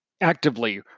actively